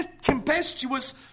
tempestuous